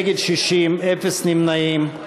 נגד, 60, אין נמנעים.